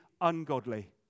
ungodly